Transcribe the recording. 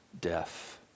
death